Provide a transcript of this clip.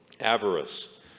Avarice